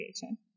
creation